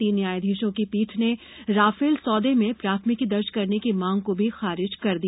तीन न्यायधीशों की पीठ ने राफेल सौदे में प्राथमिकी दर्ज करने की मांग को भी खारिज कर दिया